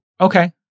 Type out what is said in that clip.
Okay